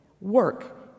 work